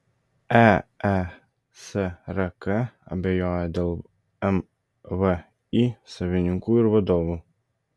eesrk abejoja dėl mvį savininkų ir vadovų